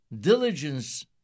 diligence